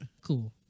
Cool